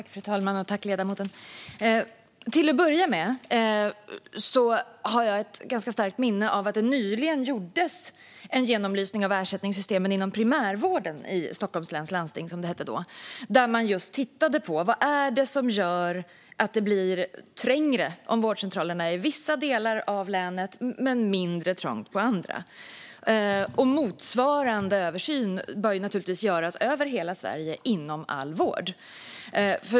Fru talman! Tack, ledamoten! Till att börja med har jag ett ganska starkt minne av att det nyligen gjordes en genomlysning av ersättningssystemen inom primärvården i Stockholms läns landsting, som det hette då. Där tittade man på vad det är som gör att det blir trängre mellan vårdcentralerna i vissa delar av länet men mindre trångt i andra. Motsvarande översyn bör naturligtvis göras över hela Sverige och inom all vård.